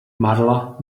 marla